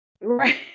Right